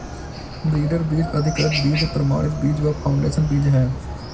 breeder बीज, अधिकृत बीज, प्रमाणित बीज व फाउंडेशन बीज है